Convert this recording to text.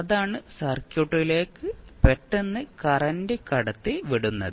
അതാണ് സർക്യൂട്ടിലേക്ക് പെട്ടെന്ന് കറന്റ് കടത്തി വിടുന്നത്